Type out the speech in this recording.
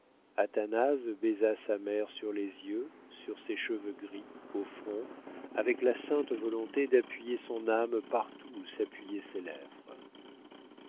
athanase baisa sa mère sur les yeux sur ses cheveux gris au front avec la sainte volonté d'appuyer son âme partout où s'appuyaient ses lèvres